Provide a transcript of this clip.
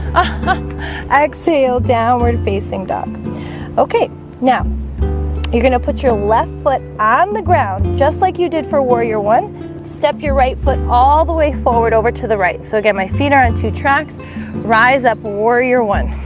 uh-huh. i exhale downward facing dog okay now you're gonna put your left foot on the ground just like you did for warrior one step your right foot all the way forward over to the right. so i get my feet are on two tracks rise up warrior one